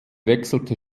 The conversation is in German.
wechselte